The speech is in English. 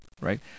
right